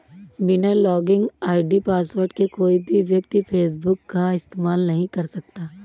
बिना login ID password के कोई भी व्यक्ति फेसबुक का इस्तेमाल नहीं कर सकता